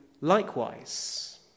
likewise